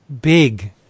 big